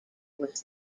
was